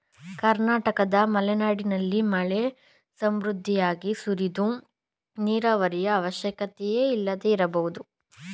ಕರ್ನಾಟಕದ ಮಲೆನಾಡಿನಲ್ಲಿ ಮಳೆ ಸಮೃದ್ಧಿಯಾಗಿ ಸುರಿದು ನೀರಾವರಿಯ ಅವಶ್ಯಕತೆಯೇ ಇಲ್ಲದೆ ಇರಬಹುದು